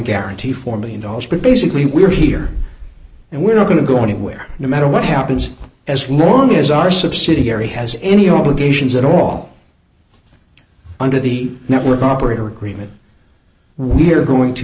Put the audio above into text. guarantee four million dollars but basically we're here and we're not going to go anywhere no matter what happens as we mourn is our subsidiary has any obligations at all under the network operator agreement we're going to